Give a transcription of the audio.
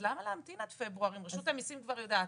אז למה להמתין עד פברואר אם רשות המיסים כבר יודעת?